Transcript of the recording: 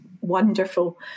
Wonderful